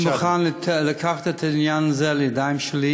אני מוכן לקחת את העניין הזה לידיים שלי